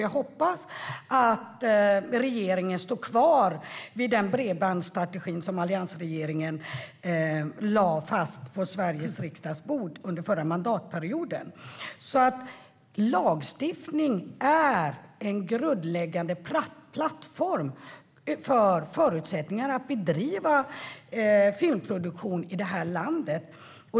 Jag hoppas att regeringen står kvar vid den bredbandsstrategi som alliansregeringen lade fram på riksdagens bord under förra mandatperioden. Lagstiftning är en grundläggande plattform för förutsättningarna att bedriva filmproduktion i landet.